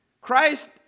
Christ